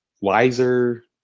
wiser